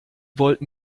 wollten